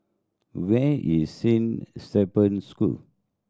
where is Saint Stephen's School